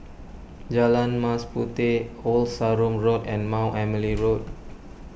Jalan Mas Puteh Old Sarum Road and Mount Emily Road